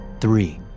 three